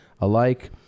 alike